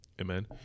Amen